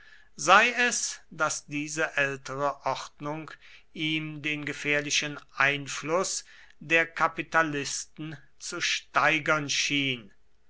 sei es daß diese ältere ordnung ihm den gefährlichen einfluß der kapitalisten zu steigern schien